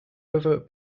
over